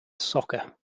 soccer